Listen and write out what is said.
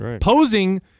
Posing